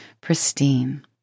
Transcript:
pristine